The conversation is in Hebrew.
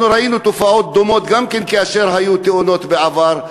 אנחנו ראינו תופעות דומות כאשר היו תאונות בעבר,